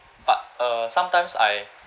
but uh sometimes I